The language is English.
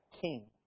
King